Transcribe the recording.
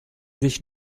sich